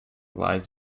lies